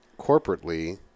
corporately